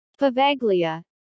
Pavaglia